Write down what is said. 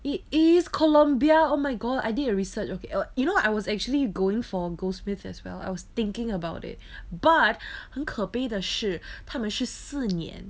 it is colombia oh my god I did a research okay oh you know I was actually going for goldsmith as well I was thinking about it but 很可悲的是他们是四年